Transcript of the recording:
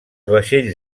vaixells